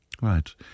Right